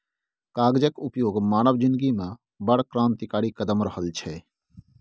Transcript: कागजक उपयोग मानव जिनगीमे बड़ क्रान्तिकारी कदम रहल छै